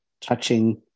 touching